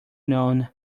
known